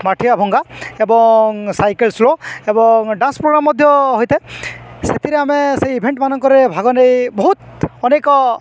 ମାଠିଆ ଭଙ୍ଗା ଏବଂ ସାଇକେଲ ସ୍ଲୋ ଏବଂ ଡ୍ୟାନ୍ସ ପ୍ରୋଗ୍ରାମ୍ ମଧ୍ୟ ହୋଇଥାଏ ସେଥିରେ ଆମେ ସେଇ ଇଭେଣ୍ଟ ମାନଙ୍କରେ ଭାଗ ନେଇ ବହୁତ ଅନେକ